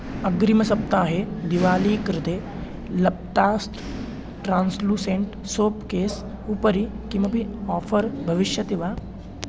अग्रिमसप्ताहे दिवाली कृते लप्तास्त् ट्रान्स्लुसेण्ट् सोप् केस् उपरि किमपि आफ़र् भविष्यति वा